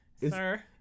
sir